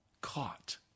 caught